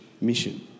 mission